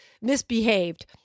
misbehaved